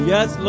Yes